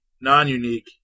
non-unique